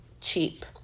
cheap